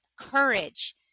courage